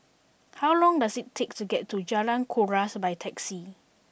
how long does it take to get to Jalan Kuras by taxi